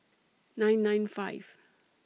nine nine five